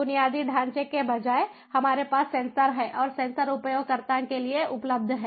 बुनियादी ढांचे के बजाय हमारे पास सेंसर हैं और सेंसर उपयोगकर्ताओं के लिए उपलब्ध हैं